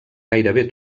gairebé